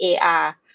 AR